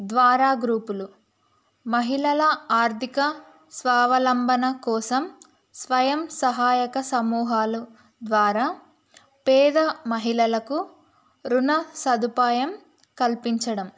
ద్వారా గ్రూపులు మహిళల ఆర్థిక స్వావలంబన కోసం స్వయం సహాయక సమూహాలు ద్వారా పేద మహిళలకు రుణ సదుపాయం కల్పించడం